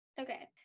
Okay